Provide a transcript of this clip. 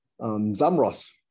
Zamros